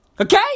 Okay